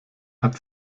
hat